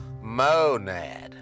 monad